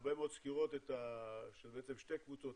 מהרבה מאוד סקירות שזה בעצם שתי קבוצות,